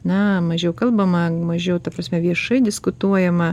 na mažiau kalbama mažiau ta prasme viešai diskutuojama